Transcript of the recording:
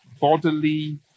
bodily